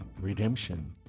redemption